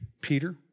Peter